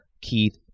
keith